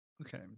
Okay